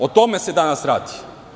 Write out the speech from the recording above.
O tome se danas radi.